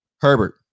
Herbert